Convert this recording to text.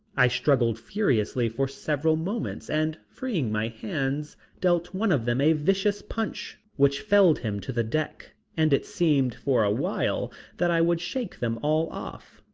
i struggled furiously for several moments and freeing my hands, dealt one of them a vicious punch which felled him to the deck, and it seemed for awhile that i would shake them all off,